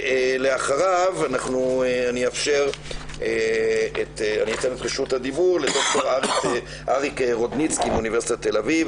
אחריו אני אתן את רשות הדיבור לד"ר אריק רודניצקי מאוניברסיטת תל אביב,